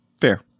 Fair